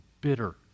bitter